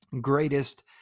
greatest